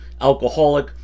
alcoholic